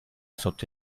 sotto